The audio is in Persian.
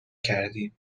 کردیم